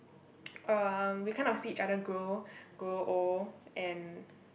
uh we kind of see each other grow grow old and